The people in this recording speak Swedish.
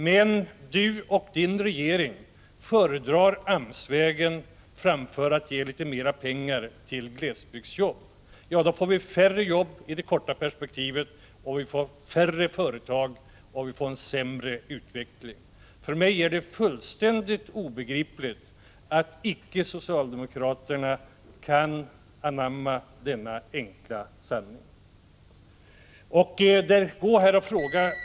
Lars Ulander och hans regering föredrar AMS-vägen framför att ge litet Prot. 1985/86:107 «mera pengar till glesbygdsjobb. Då blir det färre jobb i det korta perspekti vet, färre företag och en sämre utveckling. För mig är det fullständigt obegripligt att socialdemokraterna icke kan anamma denna enkla sanning.